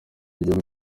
igihugu